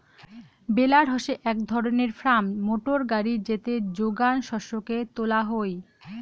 বেলার হসে এক ধরণের ফার্ম মোটর গাড়ি যেতে যোগান শস্যকে তোলা হই